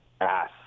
ass